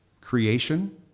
creation